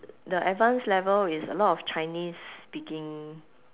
the advanced level is a lot of chinese speaking